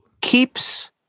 Keeps